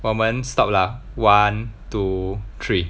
我们 stop lah one two three